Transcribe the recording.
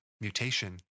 mutation